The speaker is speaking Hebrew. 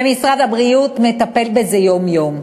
ומשרד הבריאות מטפל בזה יום-יום.